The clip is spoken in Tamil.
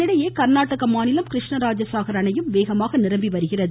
இதனிடையே கர்நாடக மாநிலம் கிருஷ்ணராஜசாகர் அணையும் வேகமாக நிரம்பி வருகிறது